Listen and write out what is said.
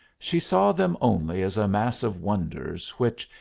she saw them only as a mass of wonders which,